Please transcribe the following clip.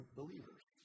believers